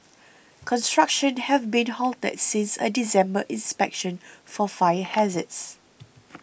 construction have been halted since a December inspection for fire hazards